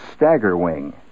Staggerwing